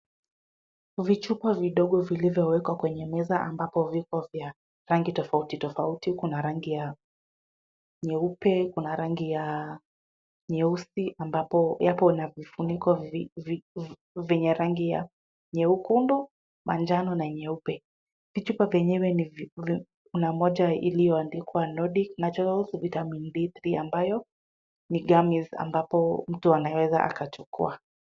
Vichupa vidogo vilivyowekwa kwenye meza ambapo vipo vya rangi tofauti tofauti kuna rangi ya nyeupe, kuna rangi ya nyeusi, ambapo yapo na vifuniko vyenye rangi ya nyekundu, manjano na nyeupe, vichupa venyewe ni kuna moja iliyoandikwa Nodic natural vitamin D3 ambayo ni gamis ambapo mtu anayeweza akachukua.